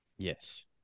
yes